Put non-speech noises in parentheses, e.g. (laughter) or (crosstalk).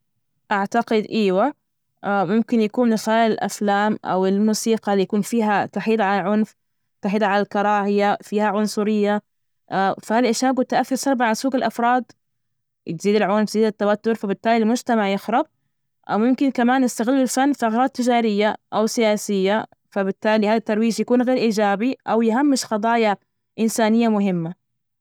أعتقد إيوة (hesitation) ممكن يكون من خلال الأفلام أو الموسيقى اللي يكون فيها تحييد على العنف، تحييد على الكراهية، فيها عنصرية، (hesitation) فهالأشياء ممكن أن تؤثر سلبا على سلوك الأفراد، تزيد العنف، تزيد التوتر، فبالتالي المجتمع يخرب أو ممكن كمان يستغل الفن ثغرات تجارية أو سياسية، فبالتالي هذا الترويج يكون غير إيجابي أو يهمش قضايا إنسانية مهمة.